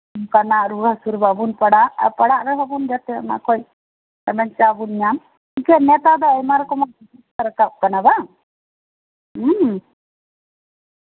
ᱚᱱᱠᱟᱱᱟᱜ ᱨᱩᱣᱟᱹ ᱦᱟᱹᱥᱩᱨᱮ ᱵᱟᱵᱚᱱ ᱯᱟᱲᱟᱜ ᱯᱟᱲᱟᱜ ᱠᱷᱟᱱ ᱵᱚᱞᱮ ᱚᱱᱟ ᱠᱷᱚᱱ ᱵᱟᱧᱟᱣ ᱵᱚᱱ ᱧᱟᱢ ᱱᱮᱛᱟᱨ ᱫᱚ ᱟᱭᱢᱟ ᱨᱚᱠᱚᱢᱟᱜ ᱪᱤᱠᱤᱛᱥᱟ ᱨᱟᱠᱟᱵ ᱠᱟᱱᱟ ᱵᱟᱝ ᱦᱮᱸ